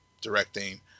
directing